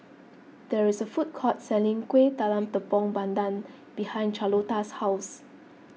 there is a food court selling Kuih Talam Tepong Pandan behind Charlotta's house